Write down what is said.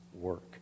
work